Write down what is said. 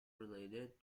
related